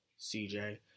CJ